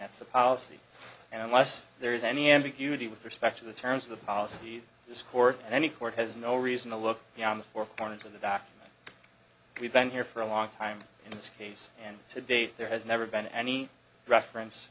that's the policy and unless there is any ambiguity with respect to the terms of the policy that this court any court has no reason to look beyond the four corners of the document we've been here for a long time in this case and to date there has never been any reference